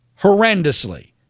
horrendously